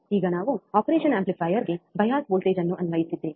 ಈಗ ನಾವು ಆಪರೇಷನ್ ಆಂಪ್ಲಿಫೈಯರ್ಗೆ ಬಯಾಸ್ ವೋಲ್ಟೇಜ್ ಅನ್ನು ಅನ್ವಯಿಸಿದ್ದೇವೆ